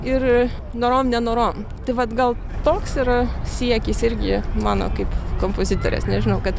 ir norom nenorom tai vat gal toks yra siekis irgi mano kaip kompozitorės nežinau kad